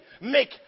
make